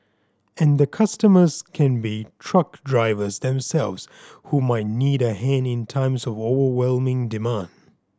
and the customers can be truck drivers themselves who might need a hand in times of overwhelming demand